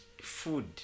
food